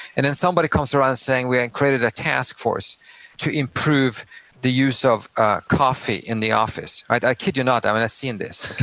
and then somebody comes around saying, we and created a task force to improve the use of ah coffee in the office. i kid you not, i've um and seen this,